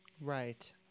Right